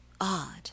odd